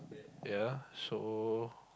yea so